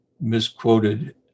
misquoted